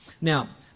Now